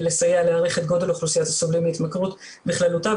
לסייע להעריך את גודל אוכלוסיית הסובלים מהתמכרות בכללותה,